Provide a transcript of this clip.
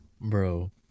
Bro